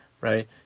right